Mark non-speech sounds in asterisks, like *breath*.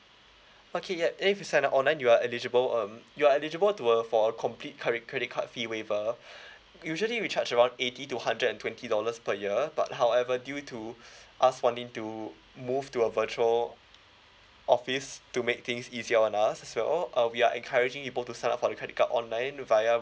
okay yup and if you sign up online you are eligible um you are eligible to a for a complete credit credit card fee waiver *breath* usually we charge around eighty to hundred and twenty dollars per year but however due to *breath* us wanting to move to a virtual office to make things easier on us as well uh we are encouraging people to sign up for the credit card online via